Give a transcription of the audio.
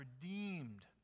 redeemed